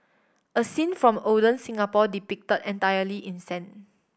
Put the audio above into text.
a scene from olden Singapore depicted entirely in sand